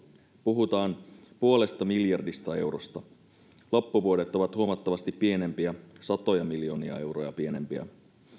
puhutaan puolesta miljardista eurosta loppuvuoden määrät ovat huomattavasti pienempiä satoja miljoonia euroja pienempiä